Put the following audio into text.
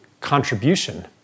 contribution